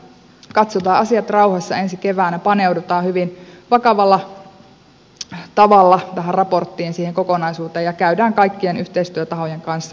katsotaan asiat rauhassa ensi keväänä paneudutaan hyvin vakavalla tavalla tähän raporttiin siihen kokonaisuuteen ja käydään kaikkien yhteistyötahojen kanssa asiat lävitse